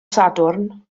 sadwrn